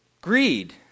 greed